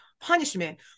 punishment